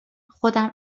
خودم